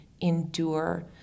endure